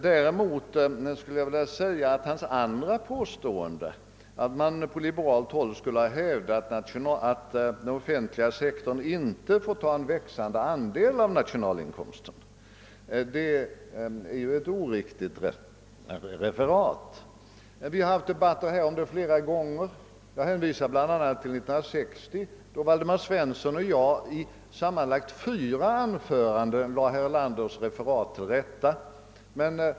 Däremot anser jag att hans andra påstående — nämligen att man på liberalt håll skulle ha hävdat att den offentliga sektorn aldrig skulle få ta en växande andel av nationalinkomsten i anspråk — är ett oriktigt referat. Vi har fört debatter härom flera gånger. Jag hänvisar bl.a. till debatten i november 1960, då Waldemar Svensson och jag i flera anföranden i debattens slutskede försökte lägga herr Erlanders referat till rätta.